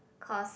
cause